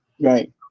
Right